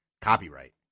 copyright